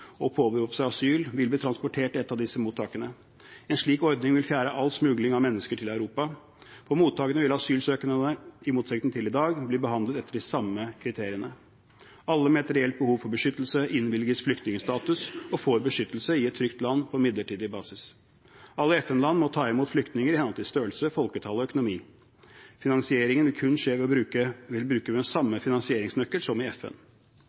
seg asyl, vil bli transportert til et av disse mottakene. En slik ordning vil fjerne all smugling av mennesker til Europa. På mottakene vil asylsøknadene – i motsetning til i dag – bli behandlet etter de samme kriteriene. Alle med et reelt behov for beskyttelse innvilges flyktningstatus og får beskyttelse i et trygt land på midlertidig basis. Alle FN-land må ta imot flyktninger i henhold til størrelse, folketall og økonomi. Finansieringen vil skje ved å bruke samme finansieringsnøkkel som i FN.